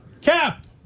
Cap